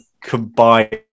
combined